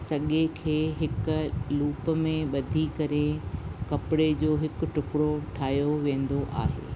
सॻे खे हिक लूप में ॿधी करे कपिड़े जो हिक टुकिड़ो ठाहियो वेंदो आहे